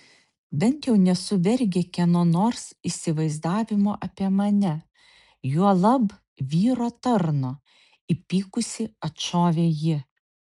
bent jau nesu vergė kieno nors įsivaizdavimo apie mane juolab vyro tarno įpykusi atšovė ji